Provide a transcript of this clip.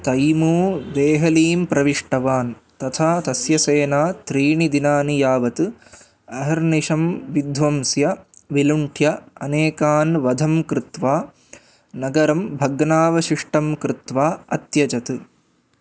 तैमू देहलीं प्रविष्टवान् तथा तस्य सेना त्रीणि दिनानि यावत् अहर्निषं विध्वंस्य विलुण्ठ्य अनेकान् वधं कृत्वा नगरं भग्नावशिष्टं कृत्वा अत्यजत्